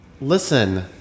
listen